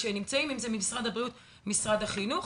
אם זה ממשרד הבריאות או ממשרד החינוך,